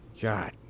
God